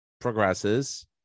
progresses